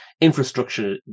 infrastructure